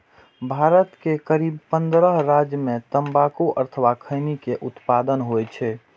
भारत के करीब पंद्रह राज्य मे तंबाकू अथवा खैनी के उत्पादन होइ छै